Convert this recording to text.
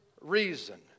reason